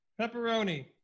pepperoni